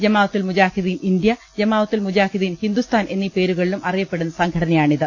Jamaatul Mujahideen India Jamaatul Mujahideen Hindustan എന്നീ പേരുക ളിലും അറിയപ്പെടുന്ന സംഘടനയാണിത്